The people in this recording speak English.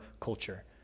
culture